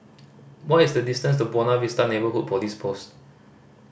what is the distance to Buona Vista Neighbourhood Police Post